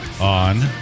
on